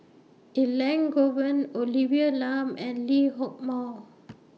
Elangovan Olivia Lum and Lee Hock Moh